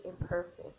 imperfect